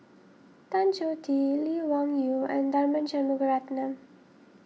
Tan Choh Tee Lee Wung Yew and Tharman Shanmugaratnam